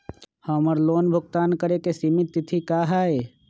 हमर लोन भुगतान करे के सिमित तिथि का हई?